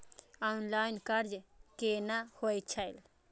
Online कर्ज केना होई छै?